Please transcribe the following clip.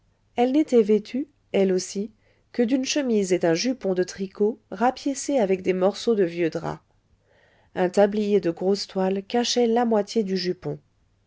elle n'était vêtue elle aussi que d'une chemise et d'un jupon de tricot rapiécé avec des morceaux de vieux drap un tablier de grosse toile cachait la moitié du jupon